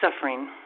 suffering